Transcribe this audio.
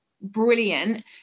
brilliant